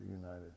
united